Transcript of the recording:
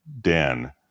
Dan